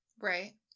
Right